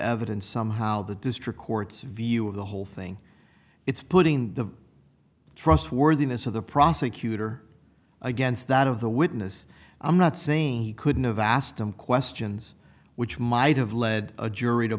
evidence somehow the district court's view of the whole thing it's putting the trustworthiness of the prosecutor against that of the witness i'm not saying he couldn't have asked him questions which might have led a jury to